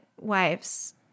wives